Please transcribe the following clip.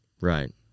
Right